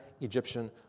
Egyptian